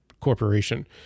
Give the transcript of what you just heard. corporation